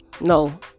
no